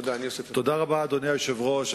תודה רבה, אדוני היושב-ראש.